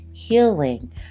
healing